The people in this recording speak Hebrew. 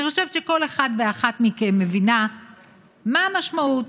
אני חושבת שכל אחד ואחת מכם מבינה מה המשמעות: